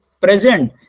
present